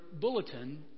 bulletin